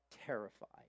terrified